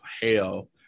hell